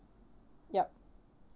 yup